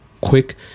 quick